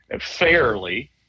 fairly